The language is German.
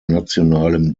nationalem